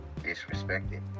disrespected